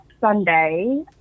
Sunday